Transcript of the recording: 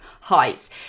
heights